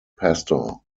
pastor